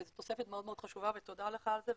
זו תוספת מאוד חשובה ותודה לך על זה,